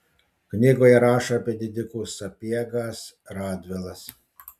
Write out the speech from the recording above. knygoje rašo apie didikus sapiegas radvilas